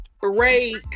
break